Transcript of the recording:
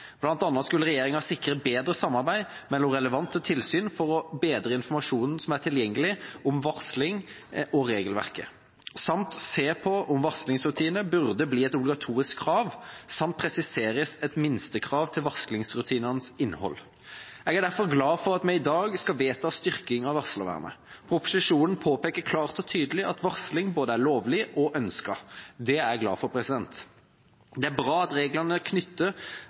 skulle regjeringa sikre bedre samarbeid mellom relevante tilsyn for å forbedre den informasjonen som er tilgjengelig om varsling og om regelverket, se på om varslingsrutiner burde bli et obligatorisk krav, samt presisere et minstekrav til varslingsrutinenes innhold. Jeg er derfor glad for at vi i dag skal vedta styrking av varslervernet. Proposisjonen påpeker klart og tydelig at varsling er både lovlig og ønsket. Det er jeg glad for. Det er bra at reglene